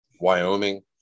Wyoming